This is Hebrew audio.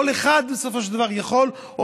כל אחד בסופו של דבר מועמד,